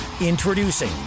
Introducing